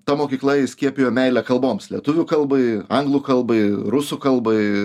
ta mokykla įskiepijo meilę kalboms lietuvių kalbai anglų kalbai rusų kalbai